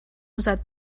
usat